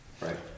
right